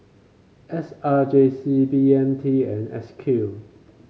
S R J C B M T and S Q